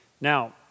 Now